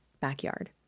backyard